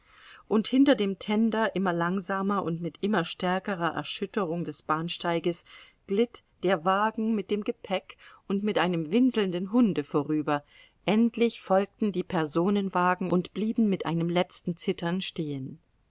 und hinter dem tender immer langsamer und mit immer stärkerer erschütterung des bahnsteiges glitt der wagen mit dem gepäck und mit einem winselnden hunde vorüber endlich folgten die personenwagen und blieben mit einem letzten zittern stehen